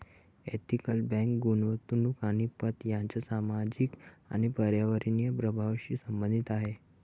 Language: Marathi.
एथिकल बँक गुंतवणूक आणि पत यांच्या सामाजिक आणि पर्यावरणीय प्रभावांशी संबंधित आहे